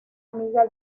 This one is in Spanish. amiga